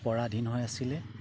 পৰাধীন হৈ আছিলে